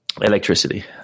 Electricity